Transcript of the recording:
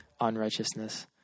unrighteousness